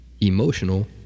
emotional